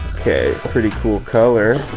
okay pretty cool color,